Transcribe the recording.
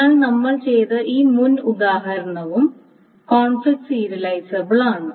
എന്നാൽ നമ്മൾ ചെയ്ത ഈ മുൻ ഉദാഹരണവും കോൺഫ്ലിക്റ്റ് സീരിയലൈസബിൾ ആണ്